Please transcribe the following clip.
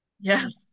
Yes